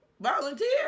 Volunteer